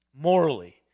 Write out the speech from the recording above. morally